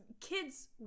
kids